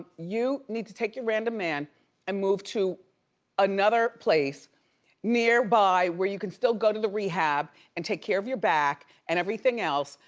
you need to take your random man and move to another place nearby where you can still go to the rehab and take care of your back and everything else.